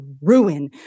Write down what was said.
ruin